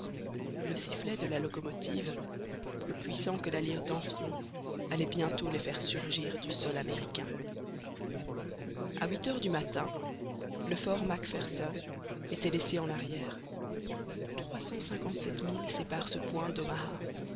le sifflet de la locomotive plus puissant que la lyre d'amphion allait bientôt les faire surgir du sol américain a huit heures du matin le fort mac pherson était laissé en arrière trois cent cinquante-sept milles séparent ce point